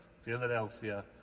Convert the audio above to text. Philadelphia